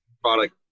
product